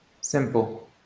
Simple